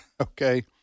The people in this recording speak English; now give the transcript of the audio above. Okay